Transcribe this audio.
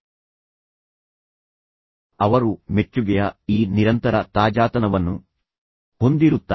ತದನಂತರ ಅವರು ಮೆಚ್ಚುಗೆಯ ಈ ನಿರಂತರ ತಾಜಾತನವನ್ನು ಹೊಂದಿರುತ್ತಾರೆ